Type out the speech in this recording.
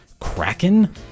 Kraken